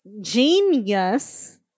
Genius